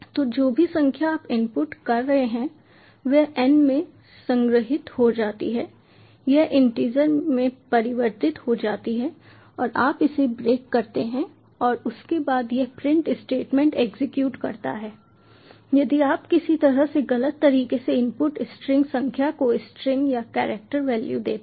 तो जो भी संख्या आप इनपुट कर रहे हैं वह n में संग्रहीत हो जाती है यह इंटीजर में परिवर्तित हो जाती है और आप इसे ब्रेक करते हैं और उसके बाद यह प्रिंट स्टेटमेंट एग्जीक्यूट करता है यदि आप किसी तरह से गलत तरीके से इनपुट स्ट्रिंग संख्या को स्ट्रिंग या कैरेक्टर वैल्यू देते हैं